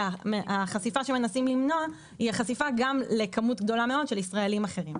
החשיפה שמנסים למנוע היא החשיפה לכמות גדולה מאוד של ישראלים.